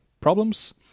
problems